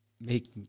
make